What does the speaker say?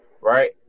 right